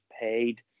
paid